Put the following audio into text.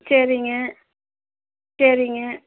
சரிங்க சரிங்க